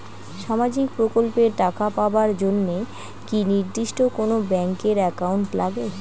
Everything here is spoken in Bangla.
সামাজিক প্রকল্পের টাকা পাবার জন্যে কি নির্দিষ্ট কোনো ব্যাংক এর একাউন্ট লাগে?